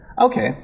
Okay